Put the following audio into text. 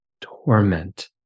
torment